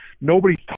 Nobody's